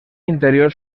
interior